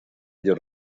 mayor